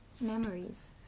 memories